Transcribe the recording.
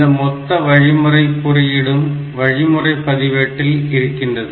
இந்த மொத்த வழிமுறை குறியீடும் வழிமுறை பதிவேட்டில் இருக்கிறது